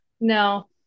no